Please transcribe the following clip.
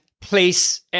place